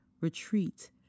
Retreat